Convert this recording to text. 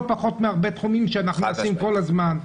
פחות מהרבה תחומים שאנחנו עושים כל הזמן.